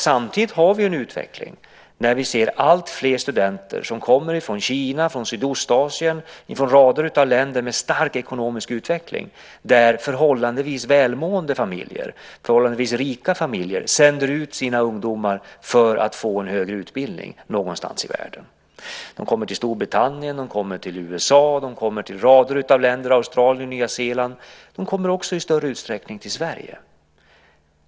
Samtidigt har vi en utveckling då vi ser alltfler studenter som kommer från Kina, från Sydostasien och från rader av länder med stark ekonomisk utveckling där förhållandevis välmående familjer och förhållandevis rika familjer sänder ut sina ungdomar för att få en högre utbildning någonstans i världen. De kommer till Storbritannien, de kommer till USA, och de kommer till rader av länder - Australien, Nya Zeeland - och de kommer också i större utsträckning till Sverige.